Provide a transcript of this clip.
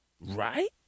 right